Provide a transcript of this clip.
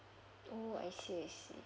oh I see I see